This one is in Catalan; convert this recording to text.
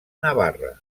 navarra